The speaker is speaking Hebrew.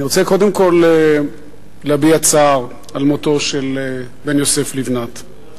אני רוצה קודם כול להביע צער על מותו של בן יוסף לבנת.